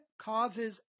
causes